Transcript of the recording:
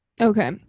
Okay